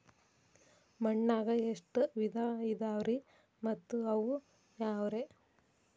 ಮಣ್ಣಾಗ ಎಷ್ಟ ವಿಧ ಇದಾವ್ರಿ ಮತ್ತ ಅವು ಯಾವ್ರೇ?